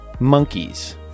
Monkeys